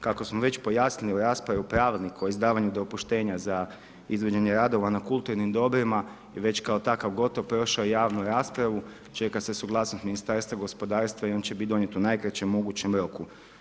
Kako smo već pojasnili u raspravi o pravilniku o izdavanju dopuštenja za izvođenje radova na kulturnim dobrima, već kao takav gotov, prošao je javnu raspravu, ček se suglasnost Ministarstva gospodarstva i on će biti donijet u najkraćem mogućem roku.